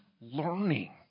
learning